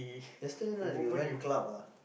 yesterday night you went club ah